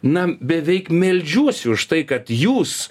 na beveik meldžiuosi už tai kad jūs